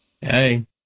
Hey